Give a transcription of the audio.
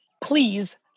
Please